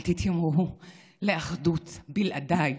אל תתיימרו לאחדות בלעדיי.